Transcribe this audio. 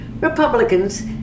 Republicans